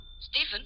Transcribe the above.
Stephen